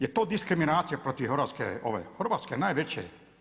Jel to diskriminacija protiv Hrvatske ove, Hrvatske najveće.